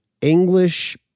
English